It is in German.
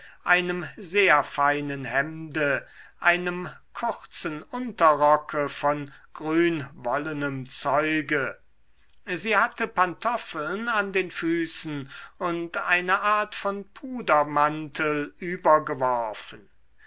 einem sehr feinen hemde einem kurzen unterrocke von grünwollenem zeuge sie hatte pantoffeln an den füßen und eine art von pudermantel übergeworfen